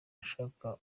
ashaka